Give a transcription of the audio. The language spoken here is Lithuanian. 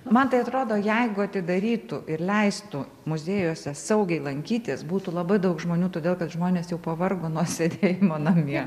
man tai atrodo jeigu atidarytų ir leistų muziejuose saugiai lankytis būtų labai daug žmonių todėl kad žmonės jau pavargo nuo sėdėjimo namie